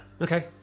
okay